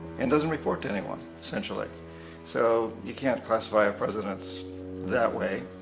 and doesn't report to anyone, essentially. so you can't classify our presidents that way.